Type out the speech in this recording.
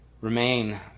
remain